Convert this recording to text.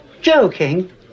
joking